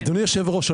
אדוני היושב ראש,